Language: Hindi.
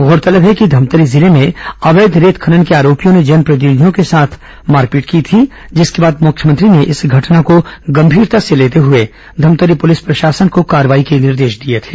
गौरतलब है कि धमतरी जिले में अवैध रेत खनन के आरोपियों ने जनप्रतिनिधियों के साथ मारपीट की थी जिसके बाद मुख्यमंत्री ने इस घटना को गंभीरता से लेते धमतरी पुलिस प्रशासन को कार्रवाई के निर्देश दिए थे